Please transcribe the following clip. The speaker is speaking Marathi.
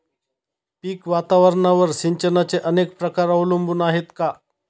पीक वातावरणावर सिंचनाचे अनेक प्रकार अवलंबून आहेत का?